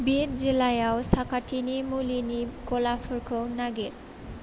बिद जिल्लायाव साखाथिनि मुलिनि गलाफोरखौ नागिर